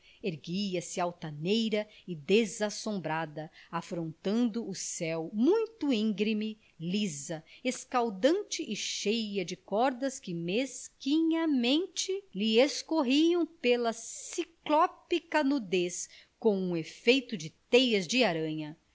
sol erguia-se altaneira e desassombrada afrontando o céu muito íngreme lisa escaldante e cheia de cordas que mesquinhamente lhe escorriam pela ciclópica nudez com um efeito de teias de aranha